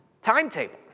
Timetable